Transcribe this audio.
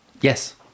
Yes